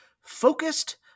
Focused